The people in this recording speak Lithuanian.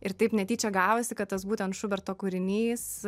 ir taip netyčia gavosi kad tas būtent šuberto kūrinys